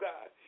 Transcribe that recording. God